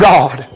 God